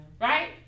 Right